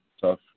tough